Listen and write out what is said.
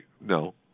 No